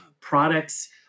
products